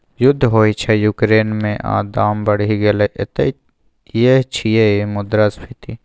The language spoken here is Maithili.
युद्ध होइ छै युक्रेन मे आ दाम बढ़ि गेलै एतय यैह छियै मुद्रास्फीति